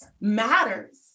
matters